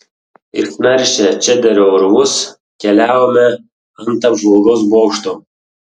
išnaršę čederio urvus keliavome ant apžvalgos bokšto